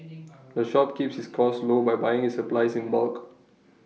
the shop keeps its costs low by buying its supplies in bulk